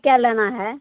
क्या लेना है